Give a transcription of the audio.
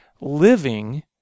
living